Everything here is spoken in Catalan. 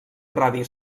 radi